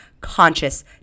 conscious